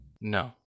no